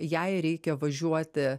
jai reikia važiuoti